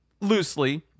Loosely